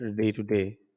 day-to-day